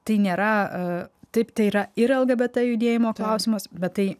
tai nėra taip tai yra ir lgbt judėjimo klausimas bet tai